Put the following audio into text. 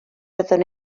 fyddwn